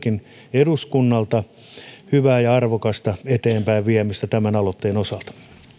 eduskunnalta hyvää ja arvokasta eteenpäinviemistä tämän aloitteen osalta